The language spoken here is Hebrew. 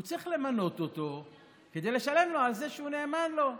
הוא צריך למנות אותו כדי לשלם לו על זה שהוא נאמן לו.